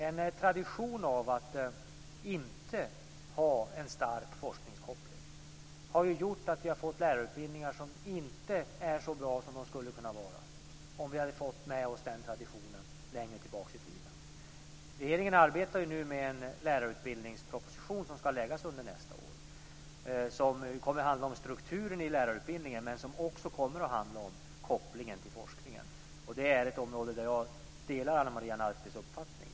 En tradition av att inte ha en stark forskningskoppling har gjort att vi har fått lärarutbildningar som inte är så bra som de skulle kunna vara om vi hade fått med oss den traditionen längre tillbaka i tiden. Regeringen arbetar nu med en lärarutbildningsproposition som ska läggas fram under nästa år. Den kommer att handla om strukturen i lärarutbildningen. Men den kommer också att handla om kopplingen till forskningen. Det är ett område där jag delar Ana Maria Nartis uppfattning.